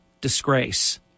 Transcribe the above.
disgrace